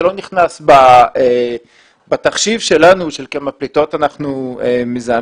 לא נכנס בתחשיב שלנו של כמה פליטות אנחנו מזהמים.